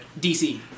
DC